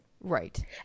Right